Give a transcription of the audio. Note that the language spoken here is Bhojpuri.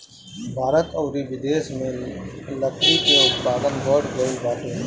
भारत अउरी बिदेस में लकड़ी के उत्पादन बढ़ गइल बाटे